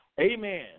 Amen